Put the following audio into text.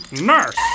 Nurse